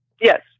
Yes